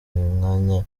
mwanya